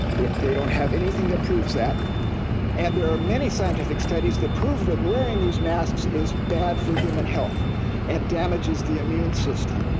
they don't have anything that proves that. and there are many scientific studies that prove that wearing these masks is bad for human health and damages the immune system,